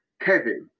Kevin